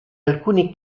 alcuni